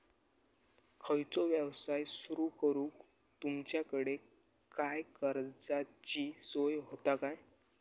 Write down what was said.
खयचो यवसाय सुरू करूक तुमच्याकडे काय कर्जाची सोय होता काय?